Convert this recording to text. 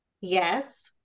yes